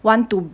want to